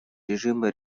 режима